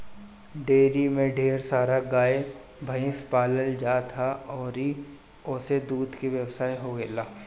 dairy में ढेर सारा गाए भइस पालल जात ह अउरी ओसे दूध के व्यवसाय होएला